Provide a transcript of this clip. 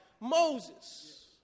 Moses